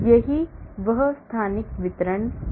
यही वह स्थानिक वितरण पर है